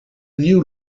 new